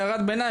הערת ביניים.